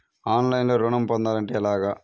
ఆన్లైన్లో ఋణం పొందాలంటే ఎలాగా?